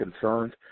concerns